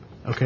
Okay